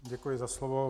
Děkuji za slovo.